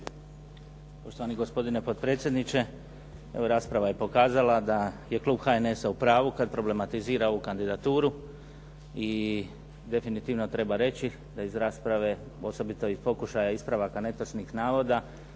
Poštovani gospodine potpredsjedniče. Evo rasprava je pokazala da je klub HNS-a u pravu kada problematizira ovu kandidaturu. I definitivno treba reći da iz rasprave posebito iz pokušaja ispravaka netočnih navoda,